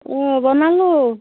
বনালোঁ